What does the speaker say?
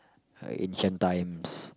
ancient times